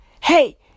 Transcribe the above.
hey